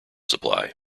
supply